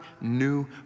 new